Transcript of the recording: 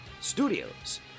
Studios